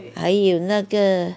还有那个